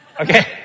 Okay